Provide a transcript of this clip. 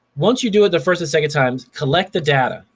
once you do it the first and second time, collect the data.